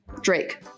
drake